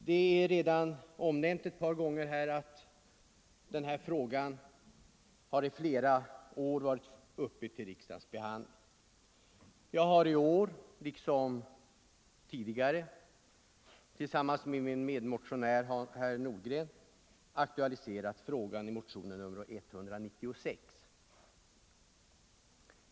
Det är redan omnämnt ett par gånger att den här frågan i flera år varit uppe till riksdagens behandling. Jag har i år liksom tidigare tillsammans med min medmotionär, herr Nordgren, aktualiserat frågan i motionen 196.